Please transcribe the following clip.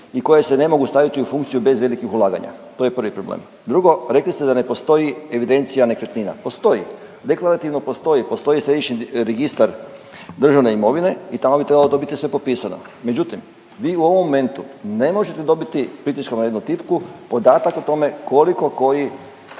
i koje se ne mogu staviti u funkciju bez velikih ulaganja, to je prvi problem. Drugo, rekli ste da ne postoji evidencija nekretnina. Postoji. Deklarativno postoji, postoji središnji registar državne imovine i tamo bi trebalo biti to sve popisano. Međutim, vi u ovom momentu ne možete dobiti pritiskom na jednu tipku podatak o tome koliko koji,